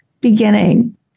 beginning